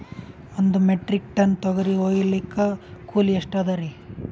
ಒಂದ್ metric tonne ತೊಗರಿ ಹೋಯಿಲಿಕ್ಕ ಕೂಲಿ ಎಷ್ಟ ಅದರೀ?